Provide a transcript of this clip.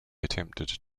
attempted